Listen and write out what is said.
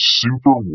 super